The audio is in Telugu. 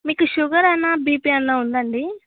మీకు షుగర్ అయినా బీపి అయినా ఉందాండి